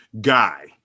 guy